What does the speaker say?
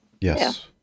Yes